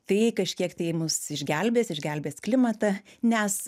tai kažkiek tai mus išgelbės išgelbės klimatą nes